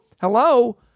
Hello